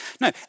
No